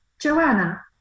Joanna